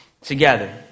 together